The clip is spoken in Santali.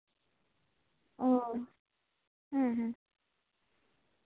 ᱳ ᱦᱮᱸ ᱦᱮᱸ